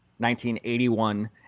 1981